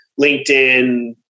LinkedIn